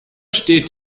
steht